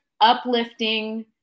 uplifting